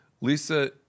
Lisa